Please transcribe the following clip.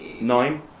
Nine